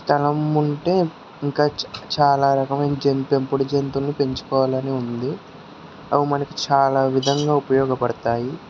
స్థలం ఉంటే ఇంకా చాలా రకమైన పెంపుడు జంతువులను పెంచుకోవాలని ఉంది అవి మనకి చాలా విధంగా ఉపయోగపడుతాయి